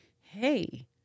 hey